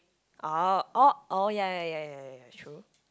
oh oh oh ya ya ya ya ya true